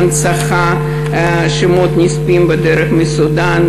הנצחה של שמות הנספים בדרך מסודאן,